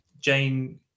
Jane